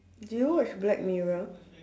did you watch black mirror